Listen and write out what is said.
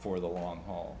for the long haul